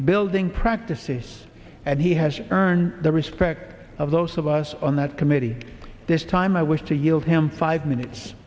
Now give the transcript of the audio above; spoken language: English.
building practices and he has earned the respect of those of us on that committee this time i wish to yield him five minutes